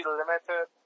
limited